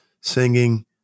singing